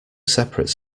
separate